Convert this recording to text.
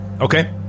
Okay